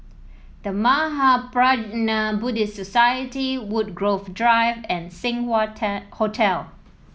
The Mahaprajna Buddhist Society Woodgrove Drive and Seng Wah Hotel